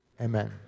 amen